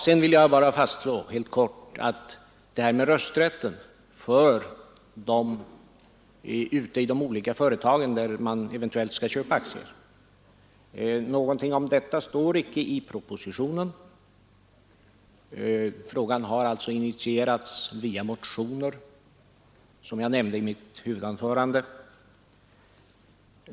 Sedan vill jag fastslå helt kort att det inte står någonting i propositionen om rösträtten ute i de olika företag i vilka staten eventuellt skall köpa aktier. Frågan har initierats via motioner, som jag nämnde i mitt huvudanförande.